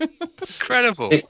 Incredible